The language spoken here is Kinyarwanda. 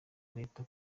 leta